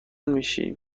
میشیم